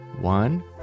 One